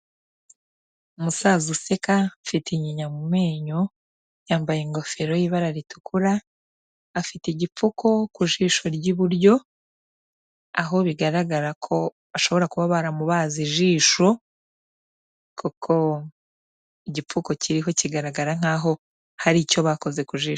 Umusaza useka ufite iyinya mu menyo, yambaye ingofero y'ibara ritukura, afite igipfuko ku jisho ry'iburyo, aho bigaragara ko bashobora kuba baramubaze ijisho kuko igipfuko kiriho kigaragara nkaho hari icyo bakoze ku jisho...